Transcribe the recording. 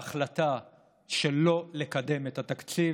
אני חושב שההחלטה שלא לקדם את התקציב